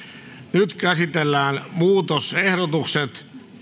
nyt käsitellään muutosehdotukset